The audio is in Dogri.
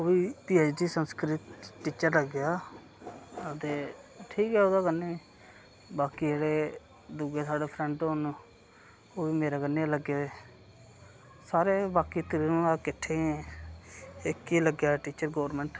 ओह् बी P H D Sanskrit teacher लग्गे दा ते ठीक ऐ ओह्दे कन्नै बी बाकी जेह्ड़े दुए साढ़े फ्रेंड ओह् न बी मेरे कन्नै लग्गे दे सारे बाकी इक दुए शा किट्ठे गै इक ही लग्गे दा टीचर गोरमेंट